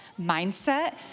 mindset